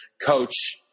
Coach